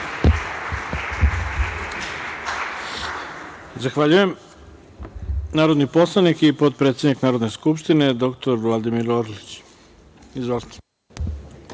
Zahvaljujem. Narodni poslanik i potpredsednik Narodne skupštine dr Vladimir Orlić. Izvolite.